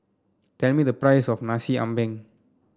tell me the price of Nasi Ambeng